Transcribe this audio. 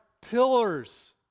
pillars